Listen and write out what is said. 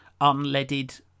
Unleaded